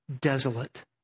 desolate